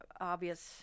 obvious